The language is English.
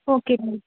okay ma'am